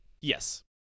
Yes